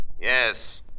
Yes